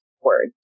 word